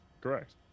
correct